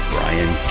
Brian